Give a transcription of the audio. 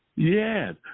Yes